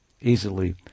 easily